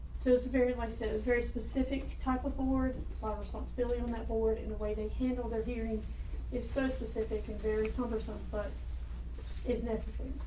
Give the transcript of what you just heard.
so it's very, like so very specific type of board ah of responsibility and on that board and the way they handle their hearings is so specific and very cumbersome but is necessary.